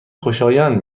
خوشایند